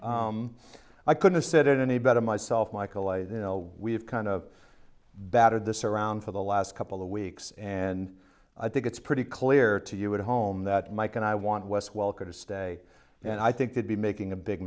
you i could've said it any better myself michael i know we've kind of batted this around for the last couple of weeks and i think it's pretty clear to you at home that mike and i want wes welker to stay and i think they'd be making a big